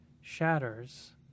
shatters